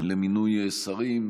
למינוי שרים,